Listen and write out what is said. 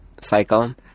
cycle